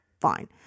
Fine